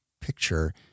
picture